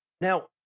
Now